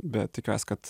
bet tikiuos kad